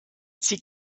sie